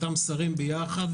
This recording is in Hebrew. אותם שרים ביחד,